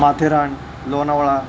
Matheran Lonavala